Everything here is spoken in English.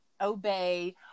obey